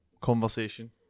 conversation